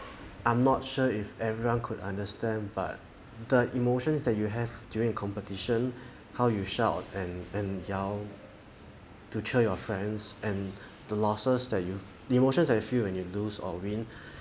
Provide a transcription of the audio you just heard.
I'm not sure if everyone could understand but that emotions that you have during a competition how you shout and and yell to cheer your friends and the losses that you the emotions that you feel when you lose or win